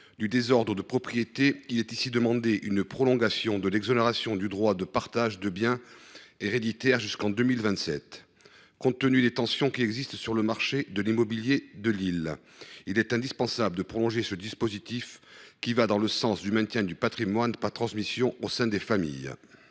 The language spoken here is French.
auteurs du présent amendement demandent une prorogation de l’exonération du droit de partage de biens héréditaires en vigueur jusqu’en 2027. Compte tenu des tensions qui existent sur le marché immobilier de l’île, il est indispensable de proroger ce dispositif qui va dans le sens du maintien du patrimoine par transmission au sein des familles.